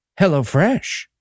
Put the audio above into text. HelloFresh